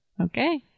Okay